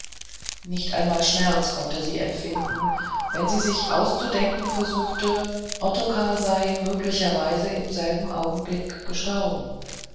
nicht einmal schmerz konnte sie empfinden wenn sie sich auszudenken versuchte ottokar sei möglicherweise im selben augenblick gestorben